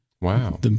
Wow